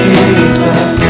Jesus